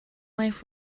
life